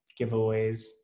giveaways